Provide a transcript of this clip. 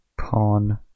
pawn